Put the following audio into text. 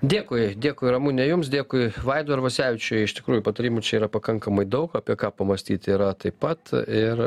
dėkui dėkui ramune jums dėkui vaidui arvasevičius iš tikrųjų patarimų čia yra pakankamai daug apie ką pamąstyti yra taip pat ir